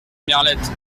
merlette